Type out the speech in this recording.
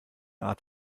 art